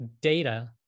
data